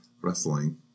wrestling